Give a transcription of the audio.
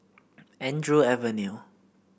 Andrew Avenue